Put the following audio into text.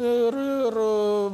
ir ir